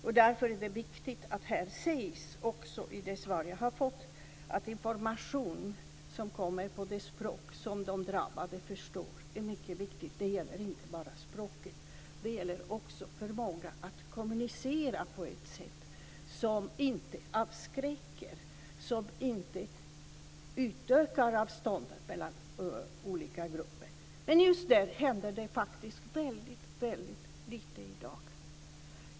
Det sägs också i svaret att det är viktigt med information på det språk som de drabbade förstår, men det handlar inte bara om språket. Det gäller också att kunna kommunicera på ett sätt som inte avskräcker och som inte ökar avståndet mellan olika grupper. Men på det området händer det väldigt lite i dag.